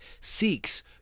seeks